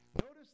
Notice